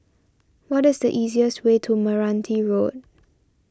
what is the easiest way to Meranti Road